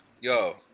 Yo